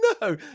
No